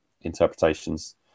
interpretations